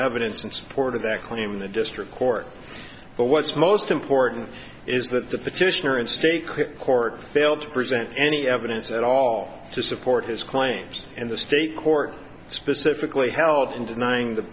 evidence in support of that claim the district court but what's most important is that the petitioner in state court failed to present any evidence at all to support his claims and the state court specifically held in denying the